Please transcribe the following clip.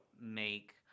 make